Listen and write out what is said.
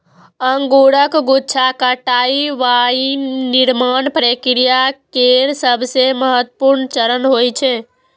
अंगूरक गुच्छाक कटाइ वाइन निर्माण प्रक्रिया केर सबसं महत्वपूर्ण चरण होइ छै